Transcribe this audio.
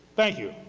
thank you.